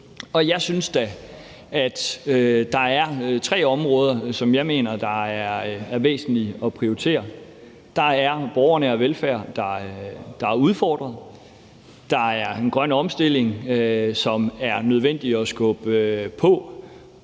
Jeg synes da, at der er tre områder, som jeg mener er væsentlige at prioritere. Der er en borgernær velfærd, der er udfordret. Der er en grøn omstilling, som det er nødvendigt at skubbe på.